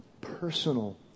personal